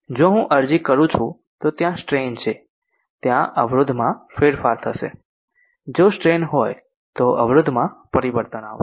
જો હું અરજી કરું છું તો ત્યાં સ્ટ્રેન છે ત્યાં અવરોધમાં ફેરફાર થશે જો સ્ટ્રેન હોય તો અવરોધમાં પરિવર્તન આવશે